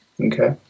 Okay